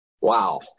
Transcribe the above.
Wow